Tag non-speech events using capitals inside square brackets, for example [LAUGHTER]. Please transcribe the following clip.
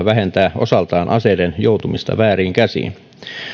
[UNINTELLIGIBLE] vähentää osaltaan aseiden joutumista vääriin käsiin